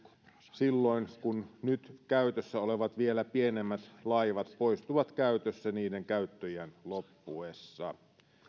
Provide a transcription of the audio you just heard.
silloin kun nyt käytössä olevat vielä pienemmät laivat poistuvat käytöstä niiden käyttöiän loppuessa